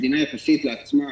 המדינה יחסית לעצמה,